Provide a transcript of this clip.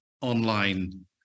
online